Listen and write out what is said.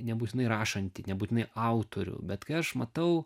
nebūtinai rašantį nebūtinai autorių bet kai aš matau